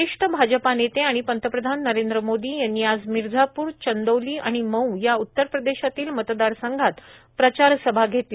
वरिष्ठ भाजपा नेते आणि पंतप्रधान नरेंद्र मोदी यांनी आज मिर्झापूर चंदौली आणि मऊ या उत्तर प्रदेशातील मतदारसंघात प्रचारसभा घेतल्या